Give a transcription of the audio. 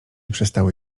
przestały